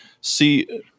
see